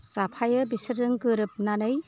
जाफायो बिसोरजों गोरोबनानै